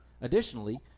Additionally